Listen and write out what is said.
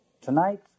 Tonight